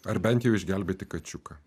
ar bent jau išgelbėti kačiuką